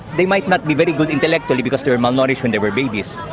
they might not be very good intellectually, because they were malnourished when they were babies.